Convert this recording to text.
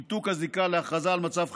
(ניתוק הזיקה להכרזה על מצב חירום),